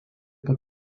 pat